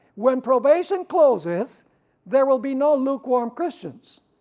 when probation closes there will be no lukewarm christians.